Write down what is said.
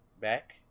back